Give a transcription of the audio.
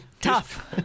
Tough